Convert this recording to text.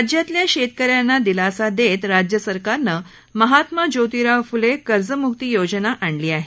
राज्यातल्या शेतक यांना दिलासा देत राज्य सरकारनं महात्मा जोतीराव फुले कर्जमुक्ती योजना आणली आहे